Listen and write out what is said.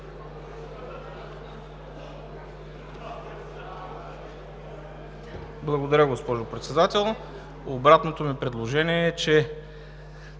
Благодаря, госпожо Председател. Обратното ми предложение е, че